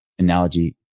analogy